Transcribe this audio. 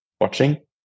watching